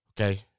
Okay